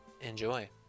Enjoy